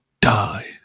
die